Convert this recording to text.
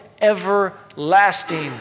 everlasting